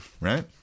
right